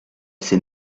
ses